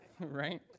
right